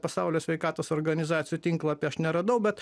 pasaulio sveikatos organizacijų tinklapy aš neradau bet